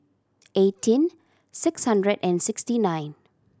eighteen six hundred and sixty nine